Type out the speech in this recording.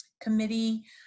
committee